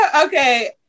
Okay